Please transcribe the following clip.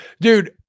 Dude